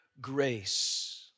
grace